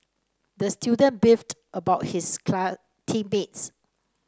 the student beefed about his team mates